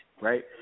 right